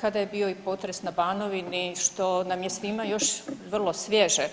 kada je bio i potres na Banovini što nam je svima još vrlo svježe.